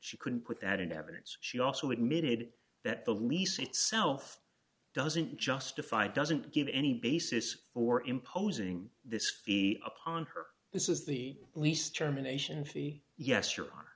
she couldn't put that in evidence she also admitted that the lease itself doesn't justify doesn't give any basis for imposing this key upon her this is the least germination fee yes